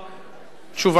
תשובתך,